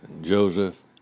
Joseph